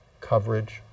coverage